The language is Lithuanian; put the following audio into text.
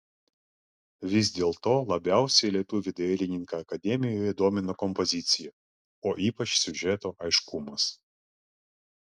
vis dėlto labiausiai lietuvį dailininką akademijoje domino kompozicija o ypač siužeto aiškumas